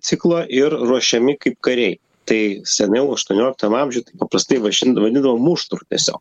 ciklo ir ruošiami kaip kariai tai seniau aštuonioliktam amžiuj paprastai vaišind vadindavo muštru tiesiog